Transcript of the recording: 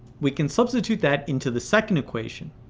we can substitute that into the second equation.